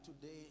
today